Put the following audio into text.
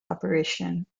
operation